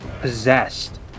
possessed